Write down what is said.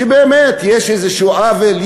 שבאמת יש איזשהו עוול,